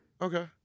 Okay